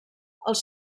els